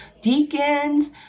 deacons